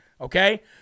okay